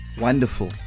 Wonderful